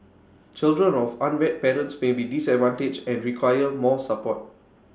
children of unwed parents may be disadvantaged and require more support